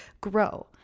grow